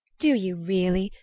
do you really?